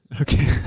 Okay